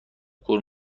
کور